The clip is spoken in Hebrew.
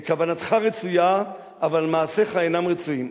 כוונתך רצויה, אבל מעשיך אינם רצויים.